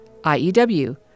IEW